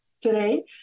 today